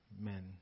men